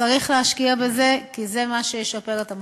וצריך להשקיע בזה כי זה מה שישפר את המצב.